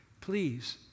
please